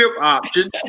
option